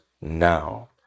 now